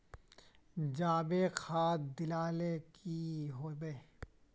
जाबे खाद दिले की होबे?